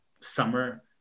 summer